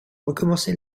recommencer